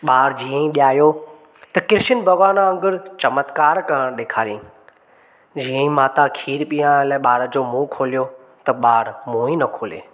ॿार जीअं ई ॼायो त कृष्ण भॻिवान वांगुरु चमत्कार करण ॾेखारियईं जीअं ई माता खीर पीअरण लाइ ॿार जो मुंहं खोलियो त ॿारु मुंहं ई न खोले